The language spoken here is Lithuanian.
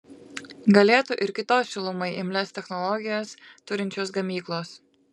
galėtų ir kitos šilumai imlias technologijas turinčios gamyklos